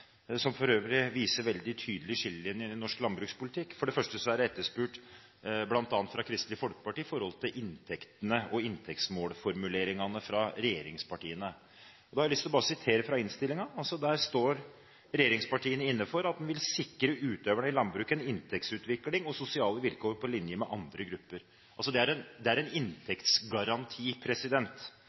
som for øvrig viser veldig tydelige skillelinjer i norsk landbrukspolitikk. For det første er det etterspurt, bl.a. fra Kristelig Folkeparti, inntektene og inntektsmålformuleringene fra regjeringspartiene. Da har jeg lyst til å sitere fra innstillingen. Der står regjeringspartiene inne for at man «vil sikre utøverne i landbruket en inntektsutvikling og sosiale vilkår på linje med andre grupper». Det er en